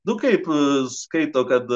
du kaip skaito kad